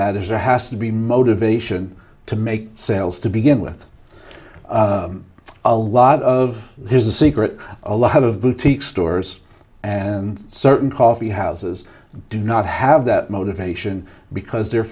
that is there has to be motivation to make sales to begin with a lot of here's a secret a lot of boutique stores and certain coffee houses do not have that motivation because they're